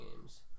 games